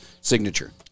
signature